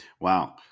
Wow